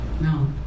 No